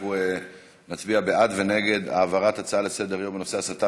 אנחנו נצביע בעד ונגד העברת ההצעות לסדר-יום בנושא הסתה